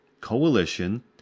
Coalition